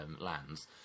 lands